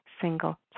single